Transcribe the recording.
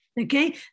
okay